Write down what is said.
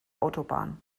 autobahn